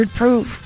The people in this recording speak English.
proof